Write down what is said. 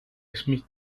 schmidt